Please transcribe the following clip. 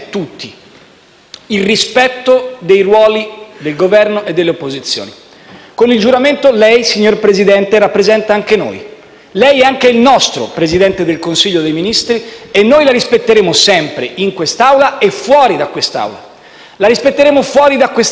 il rispetto dei ruoli del Governo e delle opposizioni. Con il giuramento, lei, signor Presidente, rappresenta anche noi; lei è anche il nostro Presidente del Consiglio dei ministri, e noi la rispetteremo sempre, in quest'Assemblea e fuori da qui. La rispetteremo fuori da quest'Assemblea